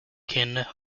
ken